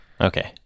Okay